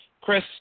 Chris